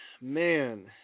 man